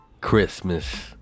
Christmas